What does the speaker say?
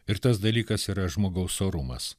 ir tas dalykas yra žmogaus orumas